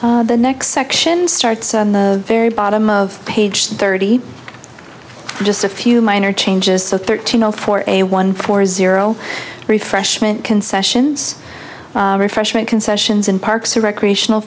ok the next section starts on the very bottom of page thirty just a few minor changes so thirteen zero for a one for zero refreshment concessions refreshment concessions in parks or recreational